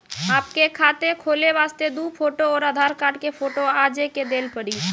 आपके खाते खोले वास्ते दु फोटो और आधार कार्ड के फोटो आजे के देल पड़ी?